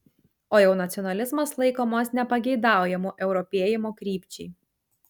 o jau nacionalizmas laikomas nepageidaujamu europėjimo krypčiai